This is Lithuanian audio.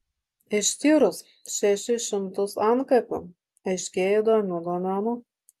ištyrus šešis šimtus antkapių aiškėja įdomių duomenų